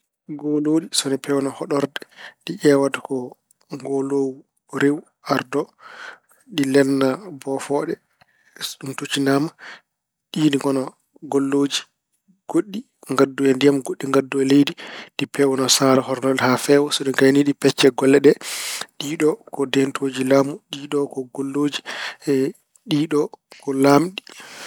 Golooli so ina peewna hoɗorde, ɗi ƴeewata ko goloowu rewu, ardo. Ɗi lelna bofooɗe. So ɗum toccinaama, ɗiin ngona gollooji. Goɗɗi ngaddoya ndiyam, goɗɗi ngaddoya leydi. Ni peewna saara horndorde haa feewa. So ɗi ngayni ɗi pecca golle ɗe. Ɗiiɗo ko deentooji laamu, ɗiiɗo ko gollooji, ɗiiɗo ko laamiɗi.